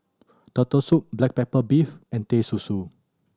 Turtle Soup black pepper beef and Teh Susu